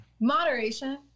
moderation